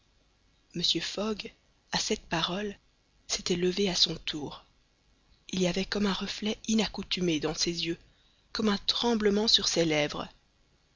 mr fogg à cette parole s'était levé à son tour il y avait comme un reflet inaccoutumé dans ses yeux comme un tremblement sur ses lèvres